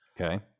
Okay